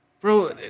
Bro